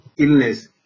illness